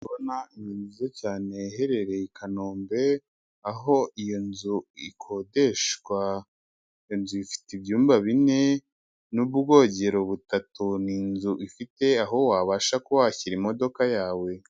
Ndikubona inzu nziaza cyane iherereye i Kanombe, aho iyo nzu ikodeshwa, iyi nzu ifite ibyumba bine n'ubwogero butatu, n'inzu ifite aho wabasha kuba washyira imodoka yawe.